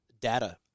data